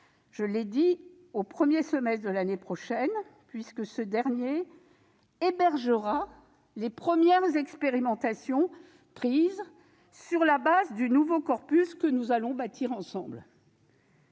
je porte, au premier semestre de l'année prochaine, puisque ce dernier hébergera les premières expérimentations lancées sur la base du nouveau corpus que nous allons bâtir ensemble.